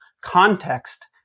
context